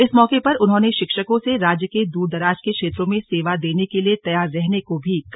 इस मौके पर उन्होंने शिक्षकों से राज्य के दूरदराज के क्षेत्रों में सेवा देने के लिए तैयार रहने को भी कहा